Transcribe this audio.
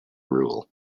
rule